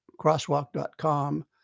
Crosswalk.com